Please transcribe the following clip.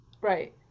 Right